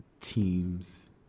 teams